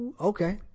Okay